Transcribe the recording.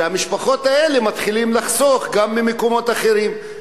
שהמשפחות האלה מתחילות לחסוך גם במקומות אחרים.